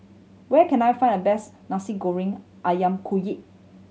where can I find the best Nasi Goreng Ayam Kunyit